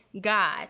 God